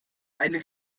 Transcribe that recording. eine